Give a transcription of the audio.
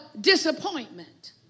disappointment